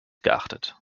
geachtet